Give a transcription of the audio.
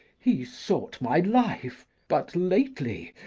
he sought my life but lately,